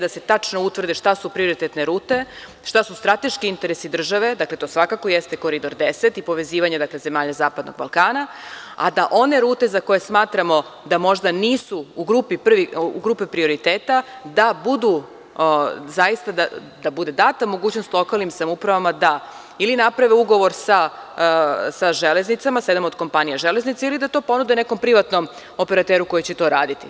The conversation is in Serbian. Da se tačno utvrde šta su prioritetne rute, šta su strateški interesi države, dakle, to svakako jeste Koridor 10 i pozivanje zemalja zapadnog Balkana, a da one rute za koje smatramo da možda nisu u grupi prioriteta, zaista da bude data mogućnost lokalnim samoupravama da ili naprave ugovor sa Železnicama, sa jednom od kompanija Železnica, ili da to ponude nekom privatnom operateru koji će to raditi.